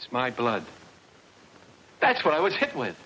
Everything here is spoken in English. it's my blood that's what i was hit with